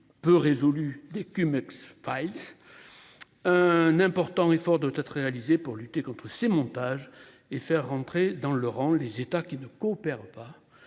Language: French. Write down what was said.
peu résolu dès que makes. Un important effort doit être réalisée pour lutter contre ces montages et faire rentrer dans le rang, les États qui ne coopèrent pas.